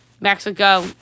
Mexico